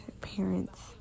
parents